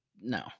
no